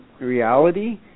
reality